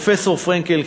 פרופסור פרנקל,